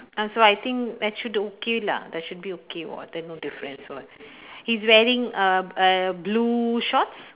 uh so I think that should okay lah that should be okay [what] then no difference [what] he's wearing a a blue shorts